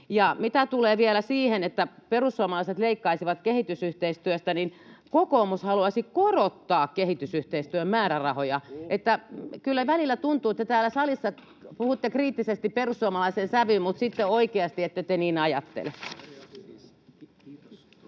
mitä tulee vielä siihen, että perussuomalaiset leikkaisivat kehitysyhteistyöstä, niin kokoomus haluaisi korottaa kehitysyhteistyön määrärahoja, [Eduskunnasta: Ohhoh!] että kyllä välillä tuntuu, että täällä salissa puhutte kriittisesti perussuomalaiseen sävyyn, mutta sitten oikeasti te ette niin ajattele. [Speech